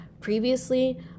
previously